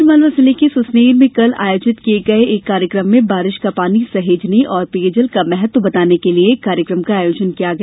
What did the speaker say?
जल शक्ति अभियान आगरमालवा जिले के सुसनेर में कल आयोजित किये गये एक कार्यक्रम में बारिश का पानी सहेजने और पेयजल का महत्व बताने के लिये कार्यक्रम का आयोजन किया गया